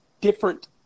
different